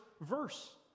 verse